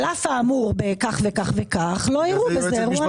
על אף האמור לא יראו בזה אירוע מס.